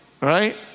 right